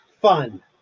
fun